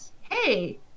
hey